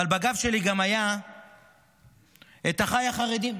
אבל בגב שלי היו גם אחיי החרדים.